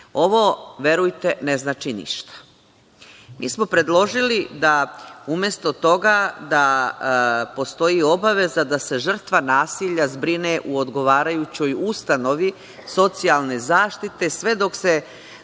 Ovo, verujte, ne znači ništa. Mi smo predložili da umesto toga da postoji obaveza da se žrtva nasilja zbrine u odgovarajućoj ustanovi socijalne zaštite sve dok se